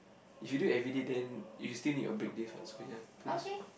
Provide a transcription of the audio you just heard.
if you do it everyday then you still need your break days what so ya two days